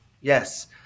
Yes